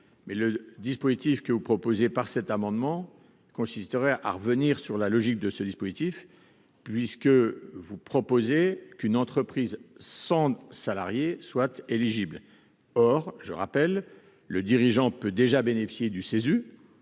mais le dispositif que vous proposez par cet amendement consisterait à revenir sur la logique de ce dispositif, puisque vous proposez qu'une entreprise 100 salariés soit éligible, or je rappelle le dirigeant peut déjà bénéficier du CESU